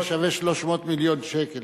הספין הזה שווה 300 מיליון שקל.